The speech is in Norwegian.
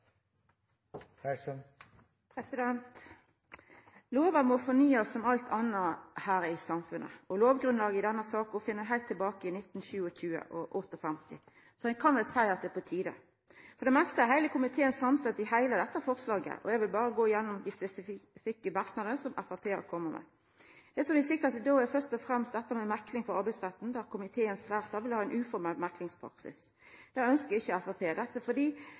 må fornyast som alt anna her i samfunnet, og lovgrunnlaget i denne saka finn ein heilt tilbake til 1927 og 1958, så ein kan vel seia at det er på tide. For det meste er heile komiteen samstemd i heile dette forslaget, og eg vil berre gå gjennom dei spesifikke merknadene som Framstegspartiet har kome med. Det som vi siktar til då, er først og fremst dette med mekling for Arbeidsretten, der komiteens fleirtal vil ha ein uformell meklingspraksis. Det ønskjer ikkje Framstegspartiet, fordi